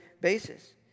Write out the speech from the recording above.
basis